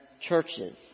churches